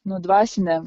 nu dvasinę